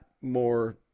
more